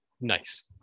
nice